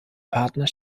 partner